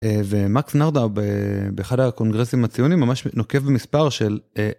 ומקס נרדה באחד הקונגרסים הציונים ממש נוקב מספר של.